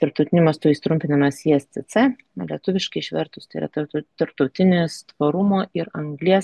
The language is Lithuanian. tarptautiniu mastu jis trumpinamas iscc lietuviškai išvertus tai yra tarptaut tarptautinis tvarumo ir anglies